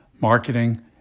marketing